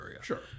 Sure